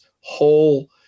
whole